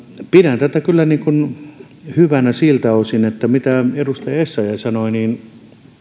pidän tätä kyllä hyvänä siltä osin että sitä mitä edustaja essayah sanoi